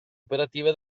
operative